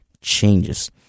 changes